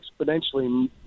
exponentially